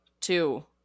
two